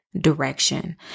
direction